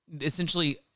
Essentially